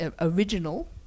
original